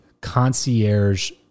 concierge